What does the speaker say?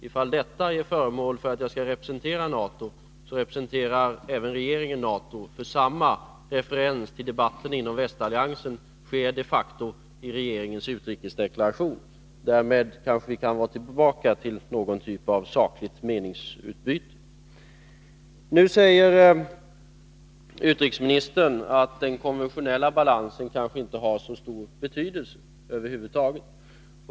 Ifall detta ger ett intryck av att jag skulle representera NATO, så representerar även regeringen NATO, för samma referens till debatten inom västalliansen sker de facto i regeringens utrikesdeklaration. Därmed kanske vi kan gå tillbaka till någon typ av sakligt meningsutbyte. Nu säger utrikesministern att den konventionella balansen kanske inte har så stor betydelse över huvud taget.